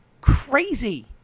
crazy